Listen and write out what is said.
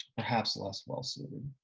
perhaps less well-suited.